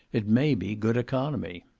it may be good economy.